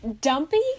Dumpy